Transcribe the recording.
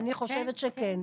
אני חושבת שכן.